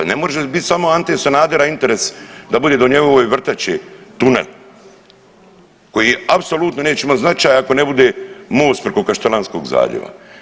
Pa ne može biti samo Ante Sanadera interes da bude do njegove vrtače tunel, koji apsolutno neće imati značaja ako ne bude most preko Kaštelanskog zaljeva.